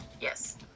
Yes